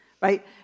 right